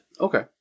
Okay